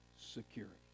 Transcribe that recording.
security